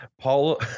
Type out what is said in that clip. Paul